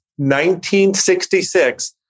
1966